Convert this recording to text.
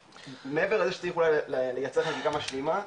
מעבר לזה שצריך אולי לייצר חקיקה משלימה,